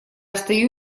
встаю